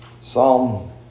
Psalm